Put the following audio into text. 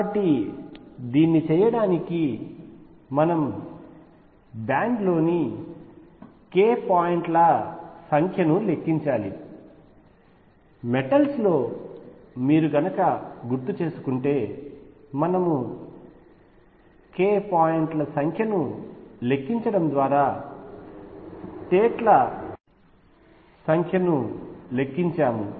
కాబట్టి దీన్ని చేయడానికి మనం బ్యాండ్ లోని k పాయింట్ ల సంఖ్యను లెక్కించాలి మెటల్స్ లో మీరు గుర్తు చేసుకుంటే మనము k పాయింట్ ల సంఖ్యను లెక్కించడం ద్వారా స్టేట్ ల సంఖ్యను లెక్కించాము